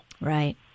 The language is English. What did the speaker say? Right